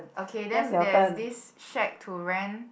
okay there's this shack to rent